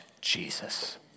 Jesus